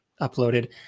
uploaded